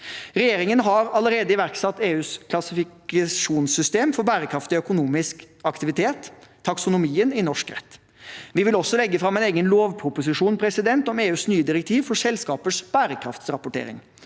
Regjeringen har allerede iverksatt EUs klassifiseringssystem for bærekraftig økonomisk aktivitet, taksonomien, i norsk rett. Vi vil også legge fram en egen lovproposisjon om EUs nye direktiv for selskapers bærekraftsrapportering.